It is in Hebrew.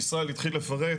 וישראל התחיל לפרט,